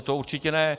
To určitě ne.